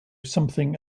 something